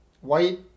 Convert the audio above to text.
white